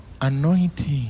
anointing